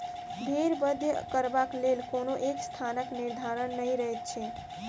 भेंड़ बध करबाक लेल कोनो एक स्थानक निर्धारण नै रहैत छै